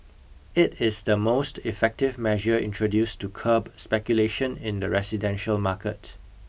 it is the most effective measure introduced to curb speculation in the residential market